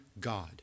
God